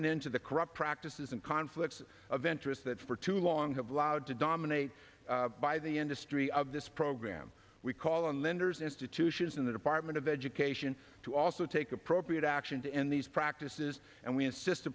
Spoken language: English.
an end to the corrupt practices and conflicts of interest that for too long have allowed to dominate by the industry of this program we call on lenders institutions in the department of education to also take appropriate action to end these practices and we insist